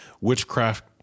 Witchcraft